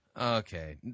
Okay